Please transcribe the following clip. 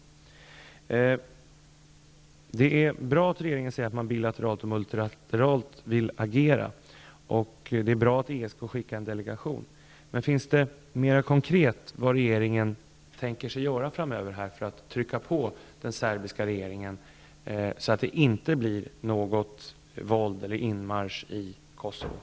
Det är bra att regeringen säger att den vill agera bilateralt och multilateralt, och det är bra att ESK skickar en delegation. Men finns det mera konkreta uppgifter om vad regeringen tänker sig göra framöver för att trycka på den serbiska regeringen, så att det inte blir något våld eller någon inmarsch i